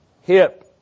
hip